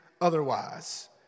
otherwise